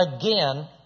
again